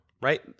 right